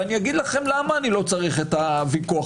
ואומר לכם למה לא לא צריך אותו